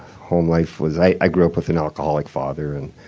home life was i grew up with an alcoholic father and,